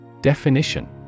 Definition